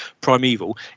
primeval